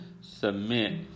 submit